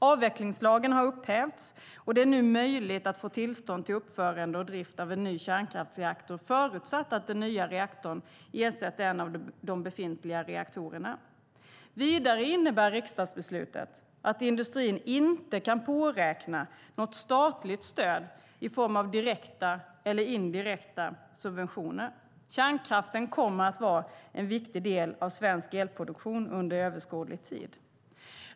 Avvecklingslagen har upphävts, och det är nu möjligt att få tillstånd till uppförande och drift av en ny kärnkraftsreaktor förutsatt att den nya reaktorn ersätter en av de befintliga reaktorerna. Vidare innebär riksdagsbeslutet att industrin inte kan påräkna något statligt stöd i form av direkta eller indirekta subventioner. Kärnkraften kommer att vara en viktig del av svensk elproduktion under överskådlig tid.